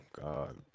God